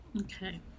Okay